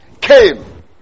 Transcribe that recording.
came